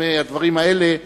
גם הדברים האלה,